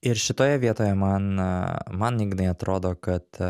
ir šitoje vietoje man man ignai atrodo kad